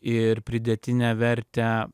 ir pridėtinę vertę